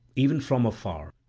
even from afar,